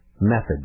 Methods